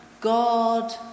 God